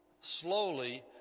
slowly